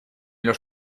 los